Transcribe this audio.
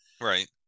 right